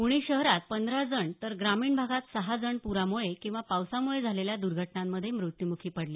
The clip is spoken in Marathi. पुणे शहरात पंधरा जण तर ग्रामीण भागात सहा जण पुरामुळे किंवा पावसामुळे झालेल्या दुर्घटनांमधे मृत्यूमुखी पडले